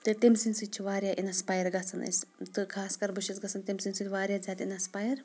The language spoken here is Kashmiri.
تہٕ تٔمۍ سٕنٛدۍ سۭتۍ چھِ واریاہ اِنَسپایر گژھان أسۍ تہٕ خاص کَر بہٕ چھٮ۪س گژھان تٔمۍ سٕنٛدۍ سۭتۍ واریاہ زیادٕ اِنَسپایر